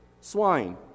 swine